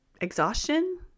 exhaustion